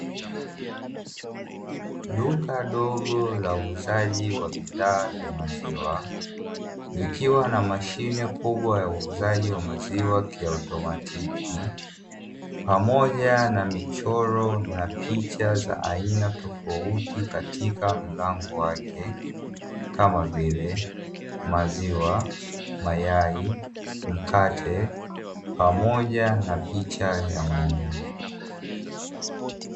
Duka dogo la uuzaji wa bidhaa za maziwa, likiwa na mashine kubwa ya uuzaji wa maziwa kiautomatiki pamoja na michoro na picha za aina tofauti katika mlango wake, kama vile: maziwa, mayai, mkate pamoja na picha ya ng'ombe.